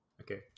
Okay